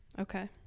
Okay